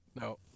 No